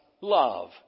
love